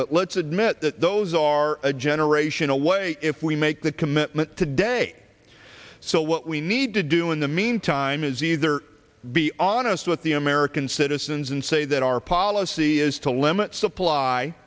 but let's admit that those are a generation away if we make that commitment today so what we need to do in the meantime is either be honest with the american citizens and say that our policy is to limit supply